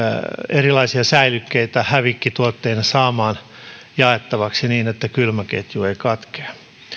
erilaisia säilykkeitä hävikkituotteita saamaan jaettavaksi niin että kylmäketju ei katkea